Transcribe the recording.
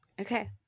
Okay